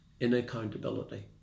inaccountability